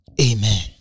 Amen